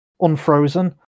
unfrozen